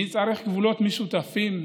מי צריך גבולות משותפים,